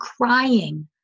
crying